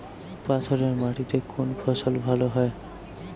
পাথরে মাটিতে কোন ফসল ভালো হয়?